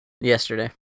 Yesterday